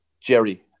Jerry